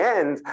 end